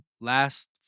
last